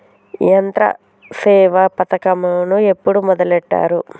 యంత్రసేవ పథకమును ఎప్పుడు మొదలెట్టారు?